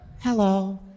Hello